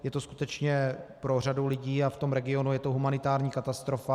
Je to skutečně pro řadu lidí a v tom regionu je to humanitární katastrofa.